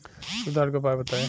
सुधार के उपाय बताई?